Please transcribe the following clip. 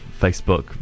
Facebook